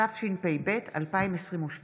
התשפ"ב 2022.